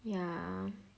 yeah